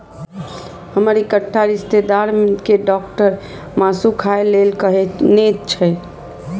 हमर एकटा रिश्तेदार कें डॉक्टर मासु खाय लेल कहने छै